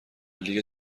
لیگ